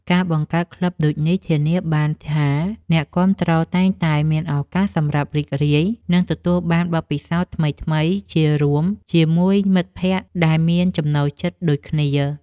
ការបង្កើតក្លឹបដូចនេះ ធានាបានថាអ្នកគាំទ្រតែងតែមានឱកាសសម្រាប់រីករាយ និងទទួលបានបទពិសោធន៍ថ្មីៗជារួមជាមួយមិត្តភក្តិដែលមានចំណូលចិត្តដូចគ្នា។